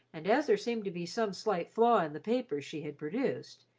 and as there seemed to be some slight flaw in the papers she had produced,